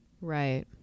Right